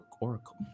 oracle